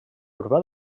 urbà